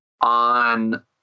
on